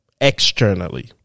externally